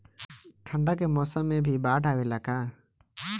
ठंडा के मौसम में भी बाढ़ आवेला का?